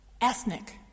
Ethnic